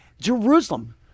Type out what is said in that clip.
Jerusalem